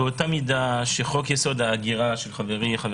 באותה מידה שחוק-יסוד: ההגירה של חברי חבר